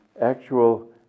actual